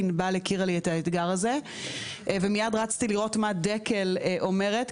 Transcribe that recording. ענבל הכירה לי את הדבר הזה ומיד רצתי לראות מה דקל אומרת,